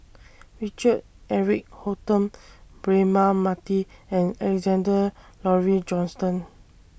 Richard Eric Holttum Braema Mathi and Alexander Laurie Johnston